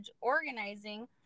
organizing